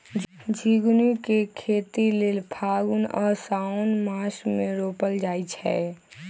झिगुनी के खेती लेल फागुन आ साओंन मासमे रोपल जाइ छै